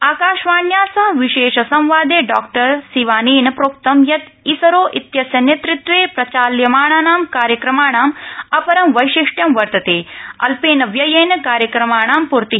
आकाशवाण्या सह विशेष संवादे डॉक्टर सिवानेन प्रोक्तं यत् इसरो इत्यस्य नेतृत्वे प्रचाल्यमाणानां कार्यक्रमाणां अपरं वैशिष्ट्यं वर्तते अल्पेन व्ययेन कार्यक्रमाणां पूर्ति